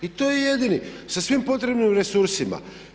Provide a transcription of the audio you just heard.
I to je jedini sa svim potrebnim resursima.